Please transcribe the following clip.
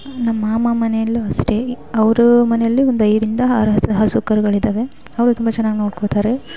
ನಮ್ಮ ಮಾಮ ಮನೆಯಲ್ಲು ಅಷ್ಟೇ ಅವರ ಮನೆಯಲ್ಲಿ ಒಂದು ಐದರಿಂದ ಆರು ಹಸು ಹಸು ಕರುಗಳಿದ್ದಾವೆ ಅವರು ತುಂಬ ಚೆನ್ನಾಗಿ ನೋಡ್ಕೋತಾರೆ